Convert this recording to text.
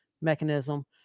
mechanism